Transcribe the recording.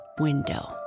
window